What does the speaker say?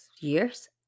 years